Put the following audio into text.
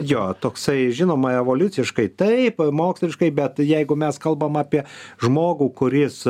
jo toksai žinoma evoliuciškai taip moksliškai bet jeigu mes kalbam apie žmogų kuris